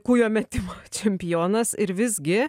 kūjo metimo čempionas ir visgi